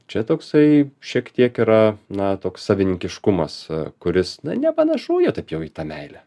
čia toksai šiek tiek yra na toks savininkiškumas kuris na nepanašu jau taip į tą meilę